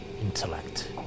Intellect